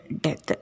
death